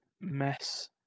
mess